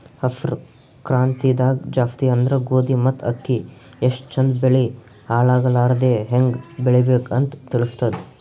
ಹಸ್ರ್ ಕ್ರಾಂತಿದಾಗ್ ಜಾಸ್ತಿ ಅಂದ್ರ ಗೋಧಿ ಮತ್ತ್ ಅಕ್ಕಿ ಎಷ್ಟ್ ಚಂದ್ ಬೆಳಿ ಹಾಳಾಗಲಾರದೆ ಹೆಂಗ್ ಬೆಳಿಬೇಕ್ ಅಂತ್ ತಿಳಸ್ತದ್